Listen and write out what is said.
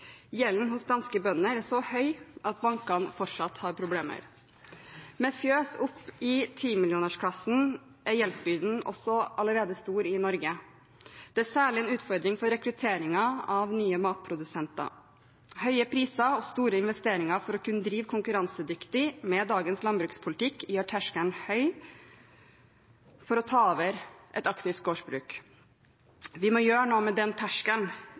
Gjelden hos danske bønder er så høy at bankene fortsatt har problemer. Med fjøs opp i timillionersklassen er gjeldsbyrden allerede stor også i Norge. Det er særlig en utfordring for rekrutteringen av nye matprodusenter. Høye priser og store investeringer for å kunne drive konkurransedyktig med dagens landbrukspolitikk gjør terskelen høy for å ta over et aktivt gårdsbruk. Vi må gjøre noe med den terskelen,